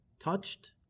touched